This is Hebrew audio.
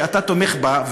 שאתה תומך בה,